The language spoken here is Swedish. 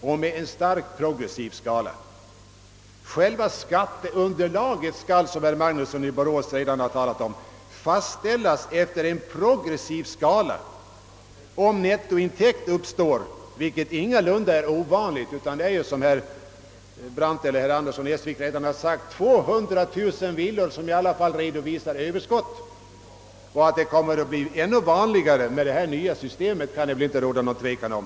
Skalan är starkt progressiv — själva skatteunderlaget skall, som herr Magnusson i Borås redan framhållit, fastställas efter en progressiv skala. Det är ingalunda ovanligt att nettointäkt uppstår. Såsom herr Brandt och herr Andersson i Essvik redan sagt är det 200 000 villor som nu redovisar överskott. Att detta kommer att bli ännu vanligare med det nya systemet kan inte råda någon tvekan om.